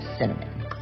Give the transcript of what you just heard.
cinnamon